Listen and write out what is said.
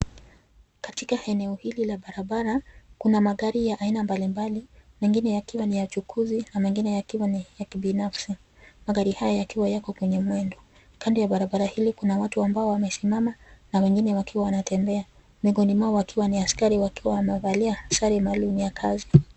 Katika eneo hili la barabara kuna magari ya aina mbalimbali mengine yakiwa ya uchukuzi na mengine yakiwa ya kibinafsi. Magari haya yakiwa yako kwenye mwendo. Kando ya barabara hili kuna watu ambao wamesimama na wengine wakiwa wanatembea, miongoni mwao wakiwa ni askari wakiwa wamevalia sare maalum ya kazi.